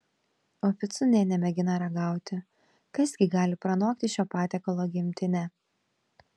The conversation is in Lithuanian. o picų nė nemėgina ragauti kas gi gali pranokti šio patiekalo gimtinę